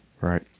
Right